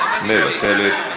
מוותרת,